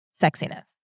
sexiness